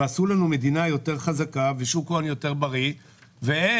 ועשו לנו מדינה יותר חזקה ושוק הון יותר בריא והעמיתים